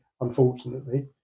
unfortunately